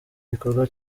igikorwa